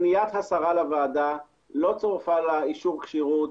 פניית השרה לוועדה, לא צורף לה אישור כשירות,